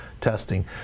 testing